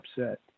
upset